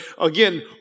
again